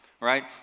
right